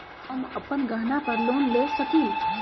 हम अपन गहना पर लोन ले सकील?